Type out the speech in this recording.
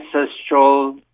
Ancestral